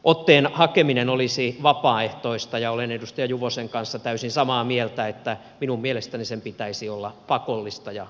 otteen hakeminen olisi vapaaehtoista ja olen edustaja juvosen kanssa täysin samaa mieltä että minun mielestäni sen pitäisi olla pakollista ja automaatio